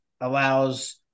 allows